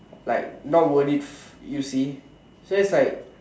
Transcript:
like not worth it you see so it's like